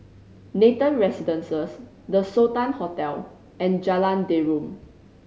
Nathan Residences The Sultan Hotel and Jalan Derum